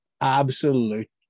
absolute